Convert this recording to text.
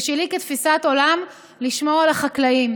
ושלי כתפיסת עולם, לשמור על החקלאים.